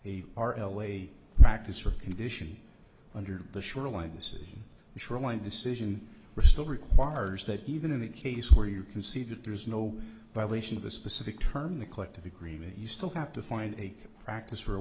make a r l a practice or condition under the shoreline decision the shoreline decision we're still requires that even in a case where you can see that there is no violation of a specific term the collective agreement you still have to find a practice for